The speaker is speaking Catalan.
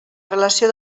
relació